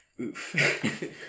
Oof